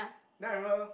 now I remember